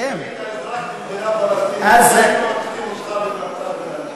אם היית אזרח במדינה פלסטינית היו כבר עוצרים אותך,